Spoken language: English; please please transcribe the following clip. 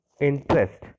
interest